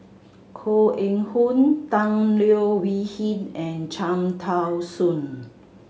Koh Eng Hoon Tan Leo Wee Hin and Cham Tao Soon